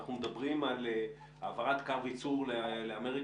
אנחנו מדברים על העברת קו ייצור לאמריקה